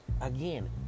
again